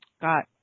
got